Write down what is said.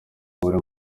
buri